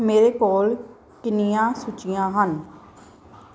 ਮੇਰੇ ਕੋਲ ਕਿੰਨੀਆਂ ਸੂਚੀਆਂ ਹਨ